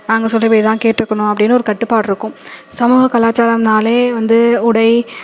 நாங்கள் சொல்கிறப்படி தான் கேட்டிருக்கணும் அப்படினு ஒரு கட்டுப்பாடிருக்கும் சமூக கலாச்சாரம்னாலே வந்து உடை